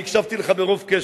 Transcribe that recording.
אני הקשבתי לך ברוב קשב,